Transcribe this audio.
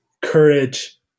courage